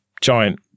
giant